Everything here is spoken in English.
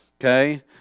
okay